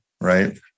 right